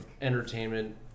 entertainment